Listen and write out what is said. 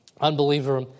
unbeliever